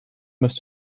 most